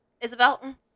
Isabel